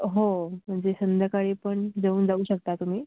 हो म्हणजे संध्याकाळी पण घेऊन जाऊ शकता तुम्ही